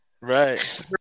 Right